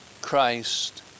Christ